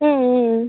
ம்ம்ம்